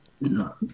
No